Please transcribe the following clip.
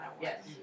Yes